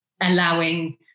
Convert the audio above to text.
allowing